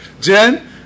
Jen